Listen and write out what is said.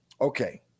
Okay